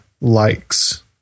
likes